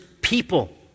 people